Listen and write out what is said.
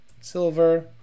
Silver